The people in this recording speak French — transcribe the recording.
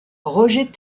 roger